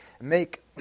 make